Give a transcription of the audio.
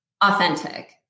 authentic